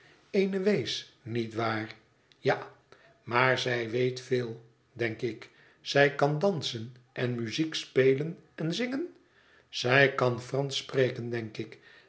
eene wees niet waar ja maar zij weet veel denk ik zij kan dansen en muziek spelen en zingen zij kan fransch spreken denk ik